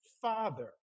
father